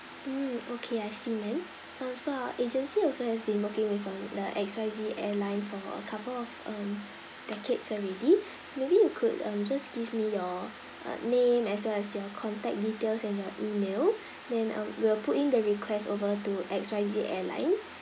mm okay I see ma'am um so our agency also has been working with uh the X Y Z airline for uh a couple of um decades already so maybe you could um just give me your uh name as well as your contact details and your email then uh we'll put in the request over to X Y Z airline